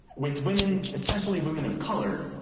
with women, especially women of color,